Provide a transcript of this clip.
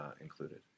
included